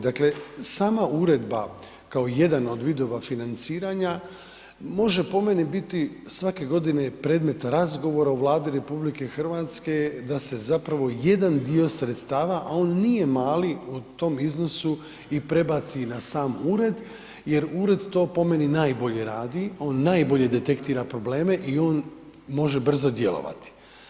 Dakle, sama uredba kao jedan od vidova financiranja može po meni biti svake godine predmet razgovora u Vladi RH da se zapravo jedan dio sredstava, a on nije mali u tom iznosu i prebaci na sam ured jer ured to po meni, najbolje radi, on najbolje detektira probleme i on može brzo djelovati.